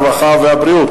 הרווחה והבריאות,